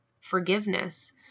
forgiveness